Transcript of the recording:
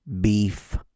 beef